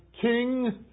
king